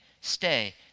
stay